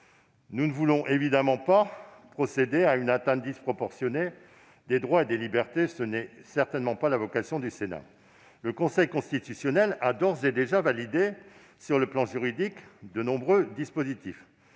Nous ne voulons évidemment pas porter une atteinte disproportionnée aux droits et aux libertés : ce n'est certainement pas la vocation du Sénat. Le Conseil constitutionnel a d'ores et déjà validé de nombreuses dispositions